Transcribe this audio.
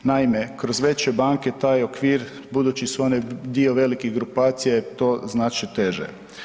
Naime, kroz veće banke taj okvir, budući su one dio velikih grupacija, je to znači teže.